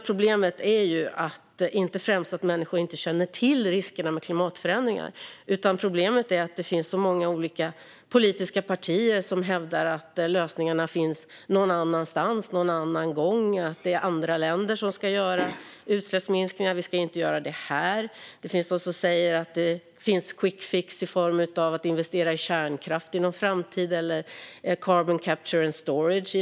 Problemet är inte främst att människor inte skulle känna till riskerna med klimatförändringar utan att det finns så många olika politiska partier som hävdar att lösningarna finns någon annanstans och någon annan gång och att utsläppsminskningarna ska göras i andra länder, inte här. Det finns sådana som säger att det finns en quickfix i någon framtid genom investering i kärnkraft eller genom carbon capture and storage.